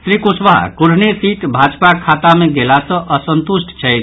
Shri Kushwaha Kurhani seat भाजपाक खाता मे गेला सँ असंतुष्ट छथि